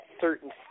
certain